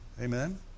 Amen